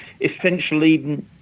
essentially